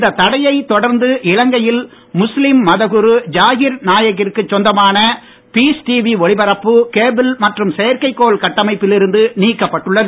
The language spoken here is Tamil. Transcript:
இந்த தடையை தொடர்ந்து இலங்கையில் முஸ்லீம் மத குரு ஜாகீர் நாயகிற்கு சொந்தமான பீஸ் டிவி ஒளிபரப்பு கேபிள் மற்றும் செயற்கை கோள் கட்டமைப்பில் இருந்து நீக்கப்பட்டுள்ளது